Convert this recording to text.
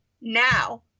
now